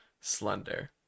Slender